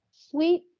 sweet